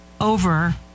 over